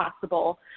possible